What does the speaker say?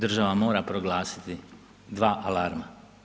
Država mora proglasiti dva alarma.